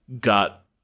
got